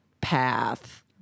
path